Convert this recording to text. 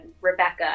Rebecca